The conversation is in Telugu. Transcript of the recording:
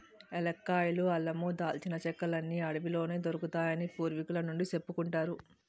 ఏలక్కాయలు, అల్లమూ, దాల్చిన చెక్కలన్నీ అడవిలోనే దొరుకుతాయని పూర్వికుల నుండీ సెప్పుకుంటారు